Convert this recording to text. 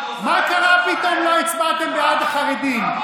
מה קרה שפתאום לא הצבעתם בעד החרדים?